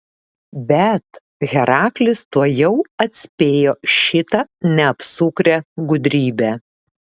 bet heraklis tuojau atspėjo šitą neapsukrią gudrybę